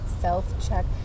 self-check